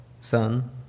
son